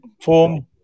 form